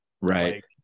Right